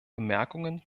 bemerkungen